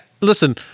listen